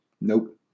Nope